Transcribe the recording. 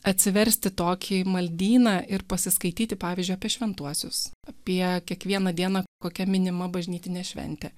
atsiversti tokį maldyną ir pasiskaityti pavyzdžiui apie šventuosius pie kiekvieną dieną kokia minima bažnytinė šventė